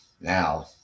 now